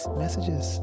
messages